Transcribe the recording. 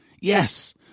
yes